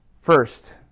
first